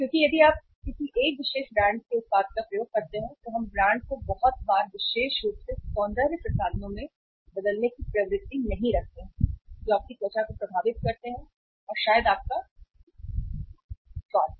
क्योंकि यदि आप किसी एक विशेष ब्रांड के उत्पाद का उपयोग करते हैं तो हम ब्रांड को बहुत बार विशेष रूप से सौंदर्य प्रसाधनों में बदलने की प्रवृत्ति नहीं रखते हैं जो आपकी त्वचा को प्रभावित करते हैं और शायद आपका स्वाद